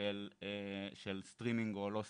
של סרטימינג או לא סטרימינג,